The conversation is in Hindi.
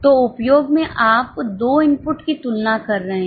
तो उपयोग में आप 2 इनपुट की तुलना कर रहे हैं